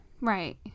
right